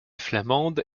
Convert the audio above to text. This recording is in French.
flamande